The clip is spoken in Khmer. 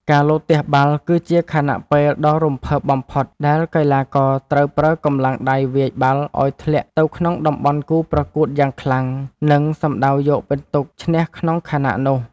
ការលោតទះបាល់ គឺជាខណៈពេលដ៏រំភើបបំផុតដែលកីឡាករត្រូវប្រើកម្លាំងដៃវាយបាល់ឱ្យធ្លាក់ទៅក្នុងតំបន់គូប្រកួតយ៉ាងខ្លាំង និង សំដៅយកពិន្ទុឈ្នះក្នុងខណៈនោះ។